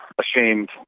ashamed